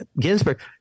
Ginsburg